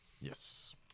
Yes